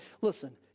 listen